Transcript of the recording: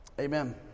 Amen